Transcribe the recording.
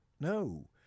no